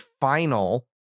final